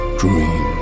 dream